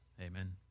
Amen